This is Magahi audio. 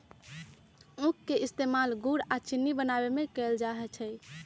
उख के इस्तेमाल गुड़ आ चिन्नी बनावे में कएल जाई छई